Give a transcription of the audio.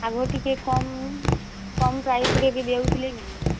ଆଗୁ ଟିକେ କମ୍ କମ୍ ପ୍ରାଇସ୍ରେ ବି ଦେଉଥିଲେ